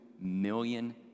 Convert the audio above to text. million